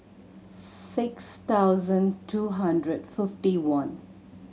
six thousand two hundred fifty one